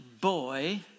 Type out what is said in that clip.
boy